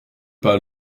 pas